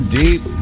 deep